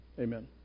Amen